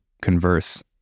converse